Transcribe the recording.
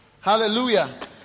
Hallelujah